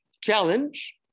challenge